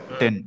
10